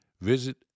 Visit